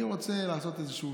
אני רוצה לעשות איזשהו,